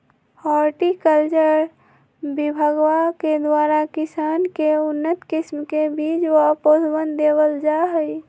horticulture विभगवा के द्वारा किसान के उन्नत किस्म के बीज व पौधवन देवल जाहई